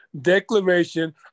Declaration